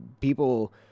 people